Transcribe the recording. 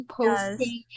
posting